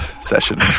session